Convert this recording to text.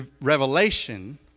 revelation